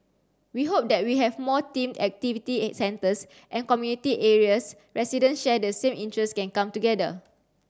we hope that we have more themed activity centres and community areas residents share the same interest can come together